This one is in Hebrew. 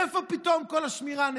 איפה פתאום כל השמירה?